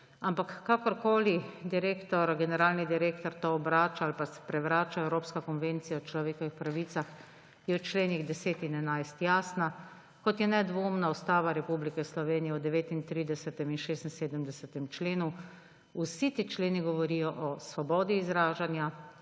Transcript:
Ampak kakorkoli, generalni direktor to obrača ali pa sprevrača. Evropska konvencija o varstvu človekovih pravic je v členih 10 in 11 jasna, kot je nedvoumna Ustava Republike Slovenije v 39. in 76. členu, vsi ti členi govorijo o svobodi izražanja,